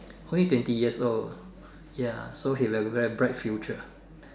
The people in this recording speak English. only twenty years old ya so he will have very bright future